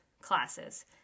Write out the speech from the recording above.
classes